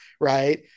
Right